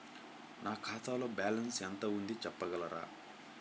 నా ఖాతాలో బ్యాలన్స్ ఎంత ఉంది చెప్పగలరా?